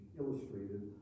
illustrated